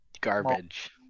garbage